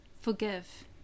forgive